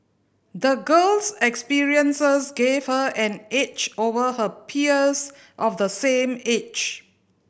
the girl's experiences gave her an edge over her peers of the same age